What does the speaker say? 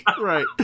right